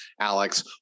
Alex